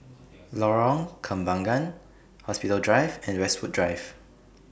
Lorong Kembangan Hospital Drive and Westwood Drive